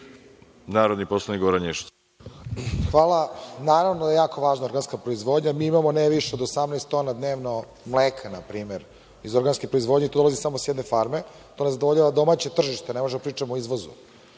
Izvolite. **Goran Ješić** Hvala. Naravno da je jako važna organska proizvodnja. Mi imamo ne više od 18 tona dnevno mleka na primer iz organske proizvodnje i to dolazi samo sa jedne farme. To ne zadovoljava domaće tržište. Ne možemo da pričamo o izvozu,